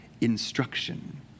instruction